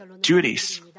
duties